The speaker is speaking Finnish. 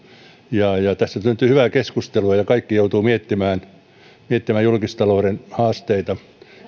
tässä syntyy hyvää keskustelua ja kaikki joutuvat miettimään julkistalouden haasteita